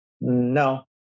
No